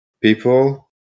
people